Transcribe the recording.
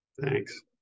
Thanks